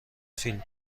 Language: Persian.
فیلم